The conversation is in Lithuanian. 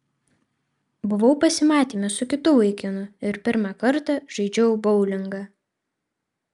buvau pasimatyme su kitu vaikinu ir pirmą kartą žaidžiau boulingą